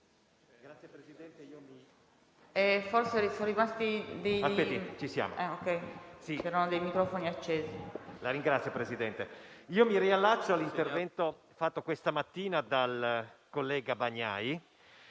Signor Presidente, mi riallaccio all'intervento fatto questa mattina dal collega Bagnai